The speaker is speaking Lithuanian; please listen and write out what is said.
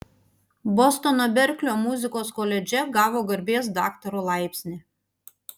bostono berklio muzikos koledže gavo garbės daktaro laipsnį